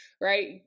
right